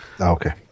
Okay